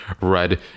red